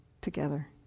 together